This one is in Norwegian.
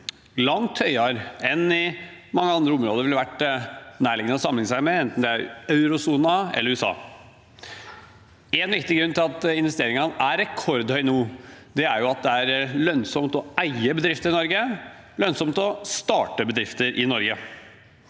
langt høyere enn i man ge andre områder det vil være nærliggende å sammenlikne seg med, enten det er eurosonen eller USA. En viktig grunn til at investeringene er rekordhøye nå, er at det er lønnsomt å eie bedrifter i Norge og lønnsomt å starte bedrifter i Norge.